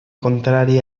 contrari